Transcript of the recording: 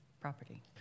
property